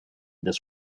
this